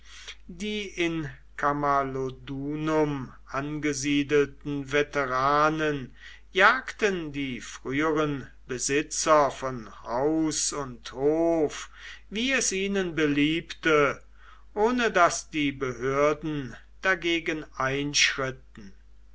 die in camalodunum angesiedelten veteranen jagten die früheren besitzer von haus und hof wie es ihnen beliebte ohne daß die behörden dagegen einschritten